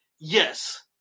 Yes